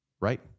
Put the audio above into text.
Right